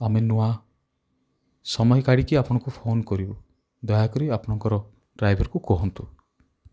ଆମେ ନୂଆ ସମୟ କାଢ଼ିକି ଆପଣଙ୍କୁ ଫୋନ୍ କରିବୁ ଦୟାକରି ଆପଣଙ୍କର ଡ୍ରାଇଭର୍କୁ କୁହନ୍ତୁ